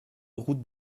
route